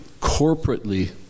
corporately